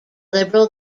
liberal